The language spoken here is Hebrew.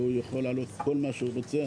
והוא יכול להעלות כל מה שהוא רוצה.